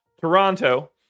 Toronto